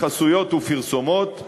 מחסויות ופרסומות,